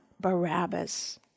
Barabbas